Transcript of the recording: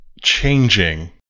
changing